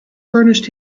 furnished